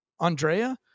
Andrea